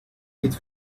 its